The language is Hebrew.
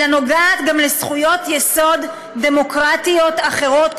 אלא נוגעת גם בזכויות יסוד דמוקרטיות אחרות,